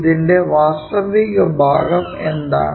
ഇതിന്റെ വാസ്തവിക ഭാഗം എന്താണ്